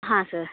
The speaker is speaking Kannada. ಹಾಂ ಸರ್